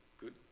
Good